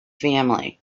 family